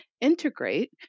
integrate